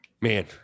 Man